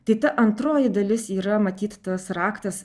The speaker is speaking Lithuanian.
tai ta antroji dalis yra matyt tas raktas